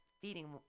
feeding